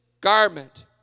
garment